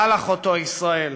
היה לך אותו, ישראל,